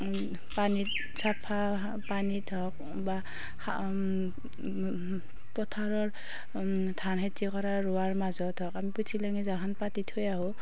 পানীত চাফা পানীত হওক বা পথাৰৰ ধান খেতি কৰা ৰুৱাৰ মাজত হওক আমি পুঠি লেঙি জালখন পাতি থৈ আহোঁ